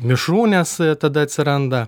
mišrūnės tada atsiranda